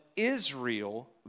Israel